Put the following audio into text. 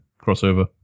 crossover